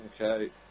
Okay